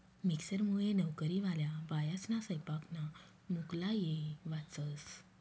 मिक्सरमुये नवकरीवाल्या बायास्ना सैपाकना मुक्ला येय वाचस